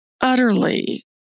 utterly